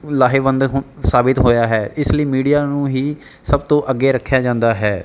ਲਾਹੇਵੰਦ ਸਾਬਤ ਹੋਇਆ ਹੈ ਇਸ ਲਈ ਮੀਡੀਆ ਨੂੰ ਹੀ ਸਭ ਤੋਂ ਅੱਗੇ ਰੱਖਿਆ ਜਾਂਦਾ ਹੈ